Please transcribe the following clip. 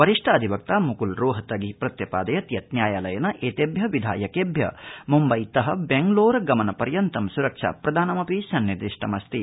वरिष्ठ अधिवक्ता म्क्ल रोहतगी प्रत्यपादयत् यत् न्यायालयेन एतेभ्य विधायकेभ्य मुम्बईत बेंगलौर गमन पर्यन्तं सुरक्षाप्रदानमपि सन्निर्दिष्टम् अस्ति